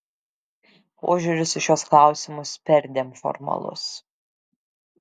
požiūris į šiuos klausimus perdėm formalus